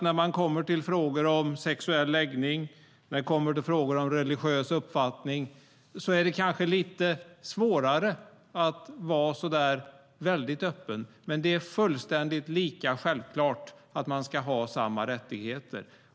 När det kommer till frågor om sexuell läggning och frågor om religiös uppfattning är det kanske lite svårare att vara så där väldigt öppen, men det är fullständigt lika självklart att man ska ha samma rättigheter.